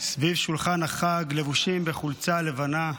סביב שולחן החג, לבושים בחולצה לבנה,